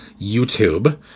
YouTube